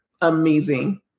amazing